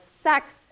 sex